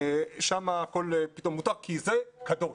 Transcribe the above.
שם הכול פתאום מותר כי זה קדוש.